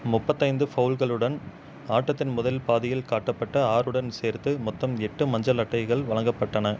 முப்பத்தைந்து ஃபவுல்களுடன் ஆட்டத்தின் முதல் பாதியில் காட்டப்பட்ட ஆறுடன் சேர்த்து மொத்தம் எட்டு மஞ்சள் அட்டைகள் வழங்கப்பட்டன